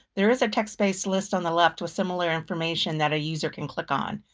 there is a text based list on the left with similar information that a user can click on.